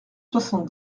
soixante